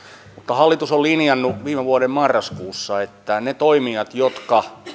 hallitus on linjannut viime vuoden marraskuussa että niiden toimijoiden jotka